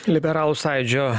liberalų sąjūdžio